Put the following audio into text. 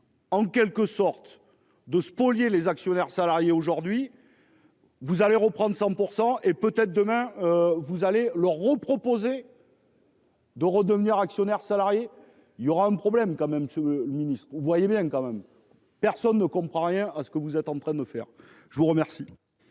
En quelque sorte de spolier les actionnaires salariés aujourd'hui. Vous allez reprendre 100% et peut-être demain vous allez leur reproposé. De redevenir actionnaire salarié. Il y aura un problème quand même le ministre ou vous voyez bien quand même. Personne ne comprend rien à ce que vous êtes en train de faire. Je vous remercie.